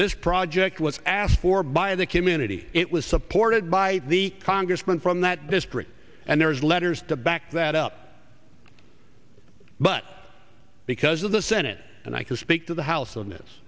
this project was asked for by the community it was supported by the congressman from that district and there's letters to back that up but because of the senate and i can speak to the house